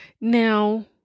Now